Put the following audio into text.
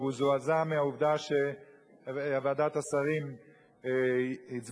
והוא זועזע מהעובדה שוועדת השרים הצביעה